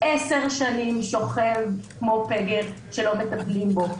עשר שנים שוכב כמו פגר שלא מטפלים בו.